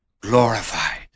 glorified